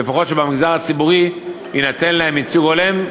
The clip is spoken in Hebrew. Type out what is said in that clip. ולפחות שבמגזר הציבורי יינתן להם ייצוג הולם,